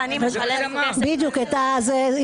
אדוני,